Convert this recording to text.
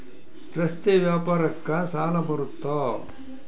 ರಸ್ತೆ ವ್ಯಾಪಾರಕ್ಕ ಸಾಲ ಬರುತ್ತಾ?